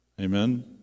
Amen